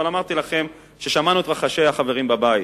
אבל אמרתי לכם ששמענו את רחשי החברים בבית.